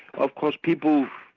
of course people,